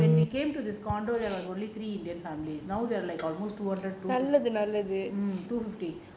when we came to this condominium there was only three indian families now there are like almost two hundred two fifty two fifty